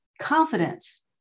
confidence